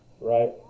Right